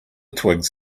twigs